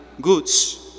goods